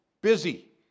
busy